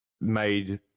made